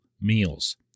meals